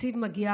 והתקציב מגיע